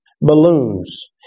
balloons